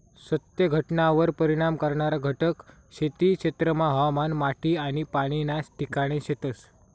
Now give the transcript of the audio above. सत्य घटनावर परिणाम करणारा घटक खेती क्षेत्रमा हवामान, माटी आनी पाणी ना ठिकाणे शेतस